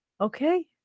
okay